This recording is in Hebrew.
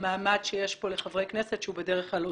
במעמד שיש פה לחברי כנסת שהוא בדרך כלל עודף.